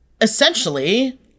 essentially